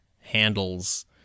handles